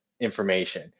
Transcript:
information